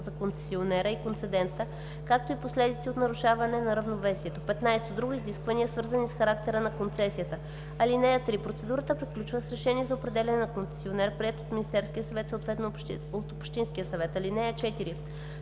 за концесионера и концедента, както и последиците от нарушаване на равновесието; 15. други изисквания, свързани с характера на концесията. (3) Процедурата приключва с решение за определяне на концесионер, прието от Министерския съвет, съответно от Oбщинския съвет. (4)